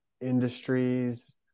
industries